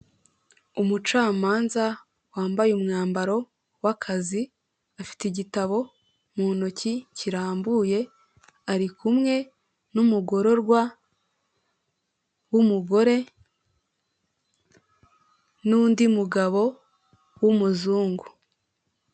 Umucamanza wambaye umwambaro w'akazi afite igitabo mu ntoki kirambuye arikumwe n'umugororwa w'umugore nundi mugabo w'umuzungu.